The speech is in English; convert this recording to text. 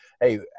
hey